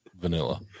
vanilla